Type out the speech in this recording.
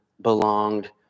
belonged